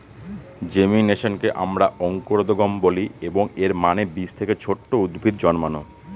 জেমিনেশনকে আমরা অঙ্কুরোদ্গম বলি, এবং এর মানে বীজ থেকে ছোট উদ্ভিদ জন্মানো